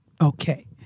Okay